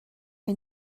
que